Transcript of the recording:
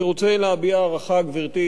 אני רוצה להביע הערכה, גברתי